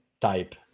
type